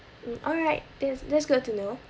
mm alright that is that's good to know